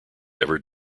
ever